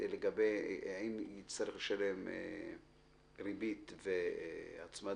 סבן לגבי האם יצטרך לשלם ריבית והצמדה.